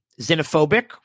Xenophobic